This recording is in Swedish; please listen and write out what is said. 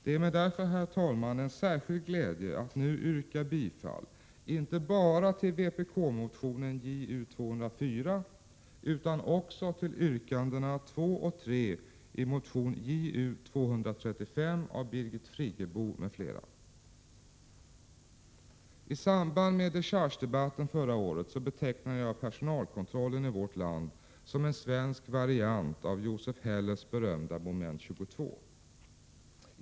Det är mig därför en särskild glädje att nu yrka bifall inte bara till vbk-motionen Ju204 utan också till yrkandena 2 och 3 i motion Ju235 av Birgit Friggebo m.fl. I samband med dechargedebatten förra året betecknade jag personalkontrollen i vårt land som en svensk variant av Joseph Hellers berömda Moment 22.